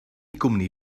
gwmni